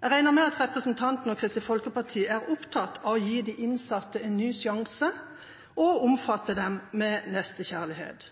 Jeg regner med at representanten og Kristelig Folkeparti er opptatt av å gi de innsatte en ny sjanse, og omfatte dem med nestekjærlighet.